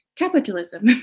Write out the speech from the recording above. capitalism